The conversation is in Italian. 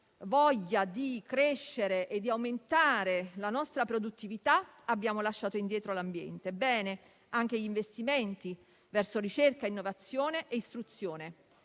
voglia di crescere e di aumentare la nostra produttività, abbiamo lasciato indietro l'ambiente. Positivi sono anche gli investimenti in ricerca, innovazione e istruzione.